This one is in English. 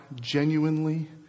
genuinely